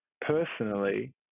personally